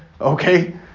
okay